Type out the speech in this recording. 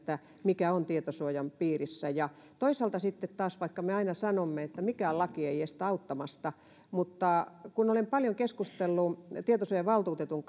mikä on tietosuojan piirissä toisaalta taas vaikka me aina sanomme että mikään laki ei estä auttamasta niin kun olen paljon keskustellut tietosuojavaltuutetun